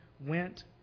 went